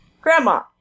grandma